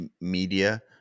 media